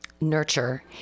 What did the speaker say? nurture